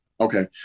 Okay